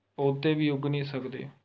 ਪੌਦੇ ਵੀ ਉੱਗ ਨਹੀਂ ਸਕਦੇ